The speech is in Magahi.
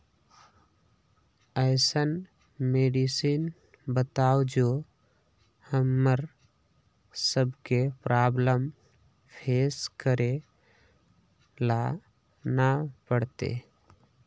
ऐसन मेडिसिन बताओ जो हम्मर सबके प्रॉब्लम फेस करे ला ना पड़ते?